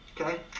okay